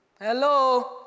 hello